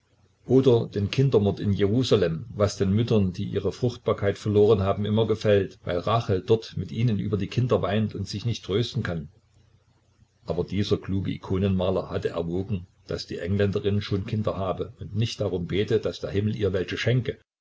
oder den kindermord in jerusalem was den müttern die ihre fruchtbarkeit verloren haben immer gefällt weil rahel dort mit ihnen über die kinder weint und sich nicht trösten kann aber dieser kluge ikonenmaler hatte erwogen daß die engländerin schon kinder habe und nicht darum bete daß der himmel ihr welche schenke